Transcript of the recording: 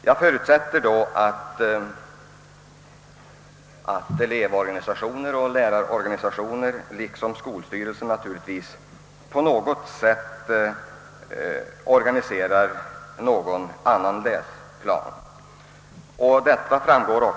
Jag förutsätter då att elevorganisationer och lärarorganisationer liksom skolstyrelser på något sätt organiserar en annan läroplan.